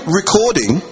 recording